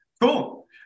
Cool